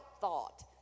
thought